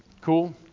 Cool